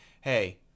hey—